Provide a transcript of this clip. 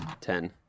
Ten